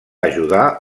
ajudar